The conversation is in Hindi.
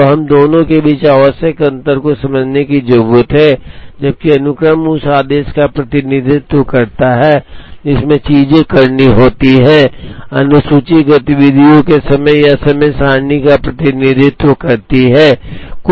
तो हम दोनों के बीच आवश्यक अंतर को समझने की जरूरत है जबकि अनुक्रम उस आदेश का प्रतिनिधित्व करता है जिसमें चीजें करनी होती हैं अनुसूची गतिविधियों के समय या समय सारणी का प्रतिनिधित्व करती है